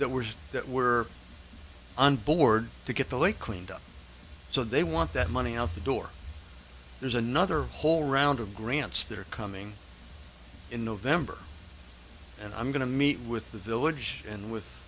that were that were onboard to get the lake cleaned up so they want that money out the door there's another whole round of grants that are coming in november and i'm going to meet with the village and with